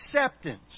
acceptance